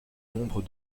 nombre